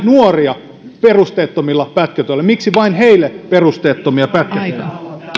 nuoria perusteettomilla pätkätöillä miksi vain heille perusteettomia pätkätöitä